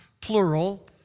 plural